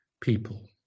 people